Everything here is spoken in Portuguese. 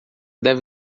deve